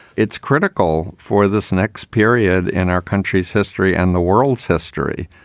it's critical for this next period in our country's history and the world's history,